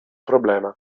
problema